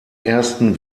ersten